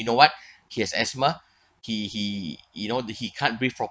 you know what he has asthma he he you know that he can't breath